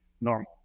normal